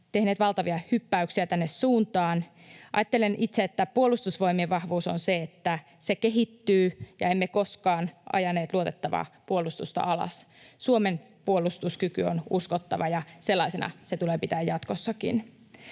tehneet valtavia hyppäyksiä tänne suuntaan. Ajattelen itse, että Puolustusvoimien vahvuus on se, että se kehittyy ja emme koskaan ajaneet luotettavaa puolustusta alas. Suomen puolustuskyky on uskottava, ja sellaisena se tulee pitää jatkossakin.